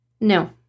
no